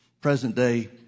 present-day